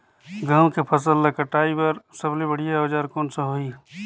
गहूं के फसल ला कटाई बार सबले बढ़िया औजार कोन सा होही?